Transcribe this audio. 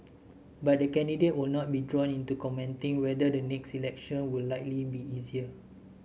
but the candidate would not be drawn into commenting whether the next election would likely be easier